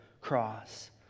cross